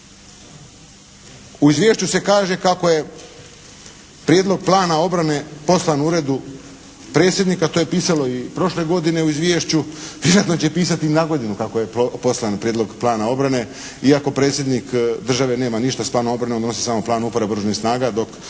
U izvješću se kaže kako je Prijedlog plana obrane poslan Uredu Predsjednika. To je pisano i prošle godine u izvješću. Vjerojatno će pisati i nagodinu kako je poslan Prijedlog plana obrane, iako Predsjednik države nema ništa s planom obrane, on donosi samo Plan uporabe Oružanih snaga